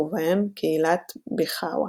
ובהם קהילת ביחאווה.